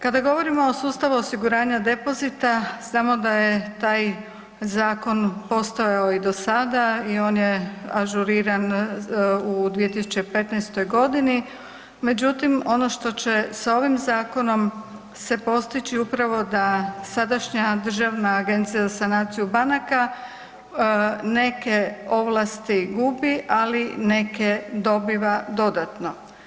Kada govorimo o sustavu osiguranja depozita znamo da je taj zakon postojao i do sada i on je ažuriran u 2015.g. Međutim, ono što će sa ovim zakonom se postići upravo da sadašnja Državna agencija za sanaciju banaka neke ovlasti gubi, ali neke dobiva dodatno.